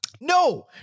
No